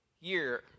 year